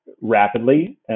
rapidly